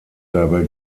dabei